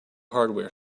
hardware